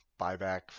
Buyback